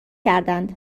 کردند